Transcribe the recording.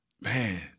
man